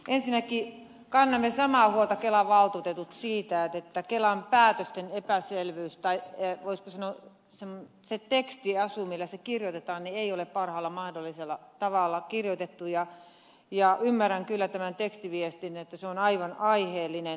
ensinnäkin kannamme samaa huolta kelan valtuutetut siitä että kelan päätösten voisiko sanoa se tekstiasu millä ne kirjoitetaan ei ole paras mahdollinen ja ymmärrän kyllä että tämä tekstiviesti on aivan aiheellinen